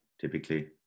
typically